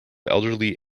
elderly